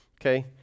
Okay